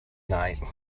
night